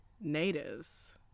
Natives